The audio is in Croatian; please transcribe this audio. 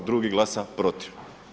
Drugi glasa protiv.